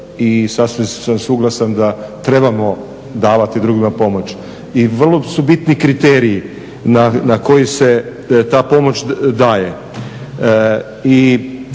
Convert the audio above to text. i sasvim sam suglasan da trebalo davati drugima pomoć. I vrlo su bitni kriteriji na koje se ta pomoć daje.